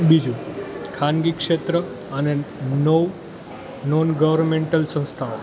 બીજું ખાનગી ક્ષેત્ર અને નઉ નોન ગવર્મેન્ટલ સંસ્થાઓ